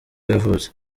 yavutse